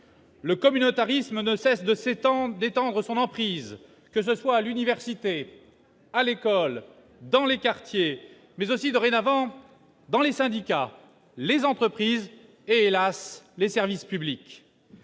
Le communautarisme ne cesse d'étendre son emprise, que ce soit à l'université, à l'école, dans les quartiers, mais aussi dorénavant dans les syndicats, les entreprises et, hélas, les services publics.